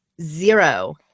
zero